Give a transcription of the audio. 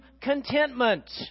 contentment